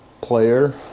player